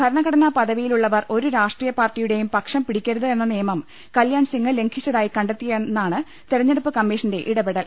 ഭരണഘടനാ പദവിയിലുള്ളവർ ഒരു രാഷ്ട്രീയപാർട്ടിയുടെയും പക്ഷം പിടിക്കരുത് എന്ന നിയമം കല്യാൺ സിംഗ് ലംഘിച്ചതായി കണ്ടെത്തിയാണ് തിരഞ്ഞെടുപ്പ് കമ്മീഷന്റെ ഇടപെടൽ